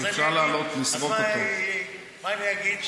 אז מה אני אגיד,